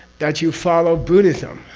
that you follow buddhism.